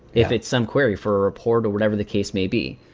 if it's some query for a report or whatever the case may be.